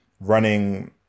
running